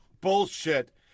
bullshit